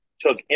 took